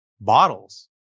bottles